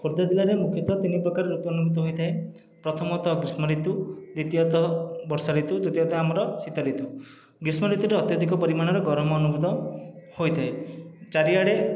ଖୋର୍ଦ୍ଧା ଜିଲ୍ଲାରେ ମୁଖ୍ୟତଃ ତିନିପ୍ରକାର ଋତୁ ଅନୁଭୂତ ହୋଇଥାଏ ପ୍ରଥମତଃ ଗ୍ରୀଷ୍ମ ଋତୁ ଦ୍ଵିତୀୟତଃ ବର୍ଷା ଋତୁ ତୃତୀୟତଃ ଆମର ଶୀତ ଋତୁ ଗ୍ରୀଷ୍ମଋତୁରେ ଅତ୍ୟଧିକ ପରିମାଣର ଗରମ ଅନୁଭୂତ ହୋଇଥାଏ ଚାରିଆଡ଼େ